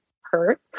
hurt